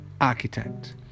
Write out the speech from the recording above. Architect